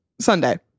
Sunday